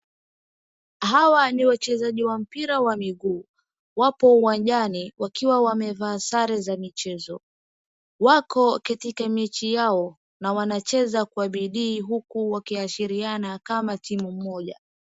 Hawa ni wachezaji wa mpira wa miguu. Wapo uwanjani wakiwa wameva sare za michezo. Wako katika mechi yao na wanacheza kwa bidii uku wakiashiriana kama timu moja.